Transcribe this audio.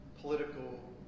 political